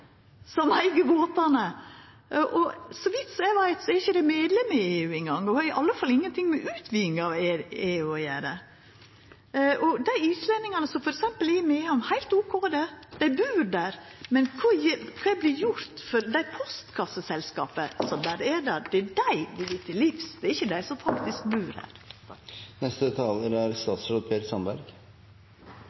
som eig båtane, og så vidt eg veit, er ikkje dei medlem i EU eingong, og har i alle fall ingenting med utviding av EU å gjera. Dei islendingane som f.eks. er i Mehamn, er heilt OK; dei bur der. Men kva vert gjort med postkasseselskapa som er der? Det er dei vi vil til livs, ikkje dei som faktisk bur der. Først må jeg svare ferdig på spørsmålet fra replikkrunden – jeg tror også jeg har svart på det